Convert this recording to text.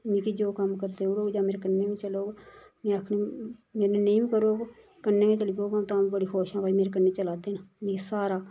मिगी जो कम्म करदे होई गेआ मेरे कन्नै मेंं चलो में आखनी मेरे कन्नै नेईं बी करग कन्नै गै चली पोवो तां बी बड़ी खुश आं कि भई मेरे कन्नै चला दे न मी स्हारा